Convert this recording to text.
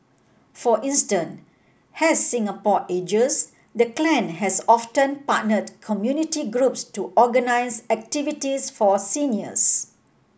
for as Singapore ages the clan has often partnered community groups to organise activities for seniors